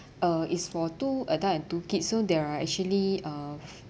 uh it's for two adult and two kids so there are actually uh